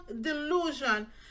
delusion